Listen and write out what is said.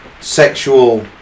sexual